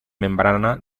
membrana